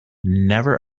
never